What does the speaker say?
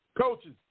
Coaches